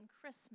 Christmas